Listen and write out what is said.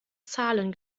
zahlen